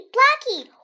Blackie